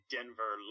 Denver